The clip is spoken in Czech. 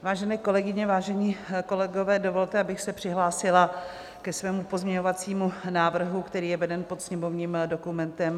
Vážené kolegyně, vážení kolegové, dovolte, abych se přihlásila ke svému pozměňovacímu návrhu, který je veden pod sněmovním dokumentem 3228.